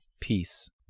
peace